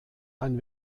ein